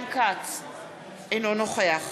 אינו נוכח